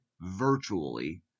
virtually